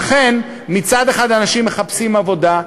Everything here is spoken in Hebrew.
לכן, מצד אחד אנשים מחפשים עבודה,